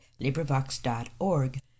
LibriVox.org